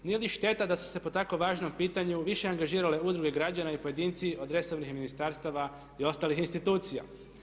Nije li šteta da su se po tako važnom pitanju više angažirale udruge građana i pojedinci od resornih ministarstava i ostalih institucija?